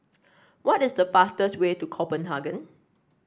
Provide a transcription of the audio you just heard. what is the fastest way to Copenhagen